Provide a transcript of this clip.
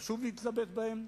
חשוב להתלבט בהן,